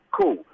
cool